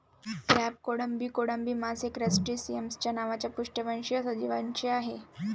crab, कोळंबी, कोळंबी मासे क्रस्टेसिअन्स नावाच्या अपृष्ठवंशी सजीवांचे आहेत